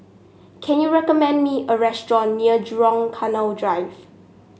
can you recommend me a restaurant near Jurong Canal Drive